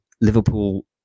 Liverpool